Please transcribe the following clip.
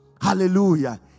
Hallelujah